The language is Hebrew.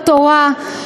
בתורה,